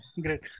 Great